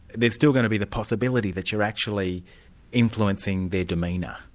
there's still going to be the possibility that you're actually influencing their demeanour,